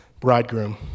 bridegroom